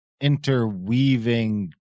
interweaving